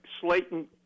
Slayton